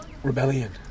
rebellion